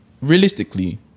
realistically